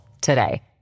today